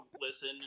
listen